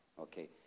okay